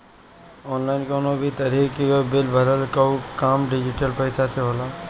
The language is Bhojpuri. ऑनलाइन कवनो भी तरही कअ बिल भरला कअ काम डिजिटल पईसा से होला